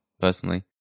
personally